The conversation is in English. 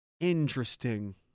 Interesting